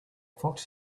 fox